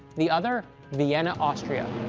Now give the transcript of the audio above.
the other vienna, austria.